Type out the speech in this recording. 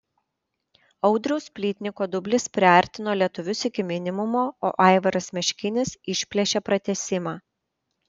audriaus plytniko dublis priartino lietuvius iki minimumo o aivaras meškinis išplėšė pratęsimą